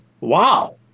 wow